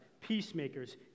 peacemakers